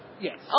Yes